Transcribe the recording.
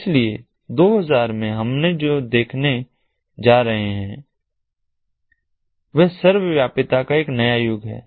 इसलिए 2000 में हम जो देखने जा रहे हैं वह सर्वव्यापीता का एक नया युग है